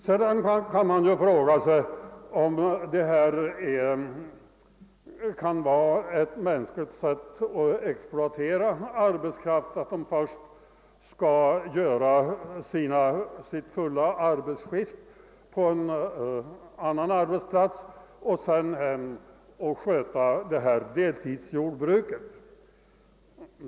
Man kan också fråga sig om det är ett mänskligt sätt att exploatera arbetskraft, att dessa människor först skall göra sitt fulla arbetsskift på en annan arbetsplats och sedan åka hem och sköta detta deltidsjordbruk.